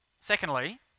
secondly